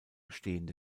stehende